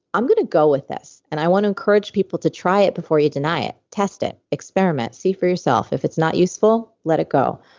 i'm going to go with this and i want to encourage people to try it before you deny it. test it. experiment. see for yourself. if it's not useful, let it go.